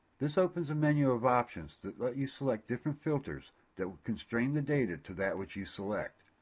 this opens a menu of options that let you select different filters that will constrain the data to that which you select.